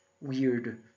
weird